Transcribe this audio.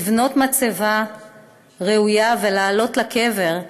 לבנות מצבה ראויה ולעלות לקבר,